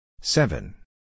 seven